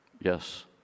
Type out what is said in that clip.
Yes